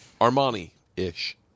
Armani-ish